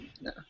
no